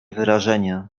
wrażenie